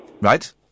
Right